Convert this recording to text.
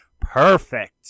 perfect